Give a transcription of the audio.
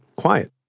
Quiet